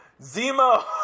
Zemo